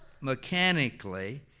mechanically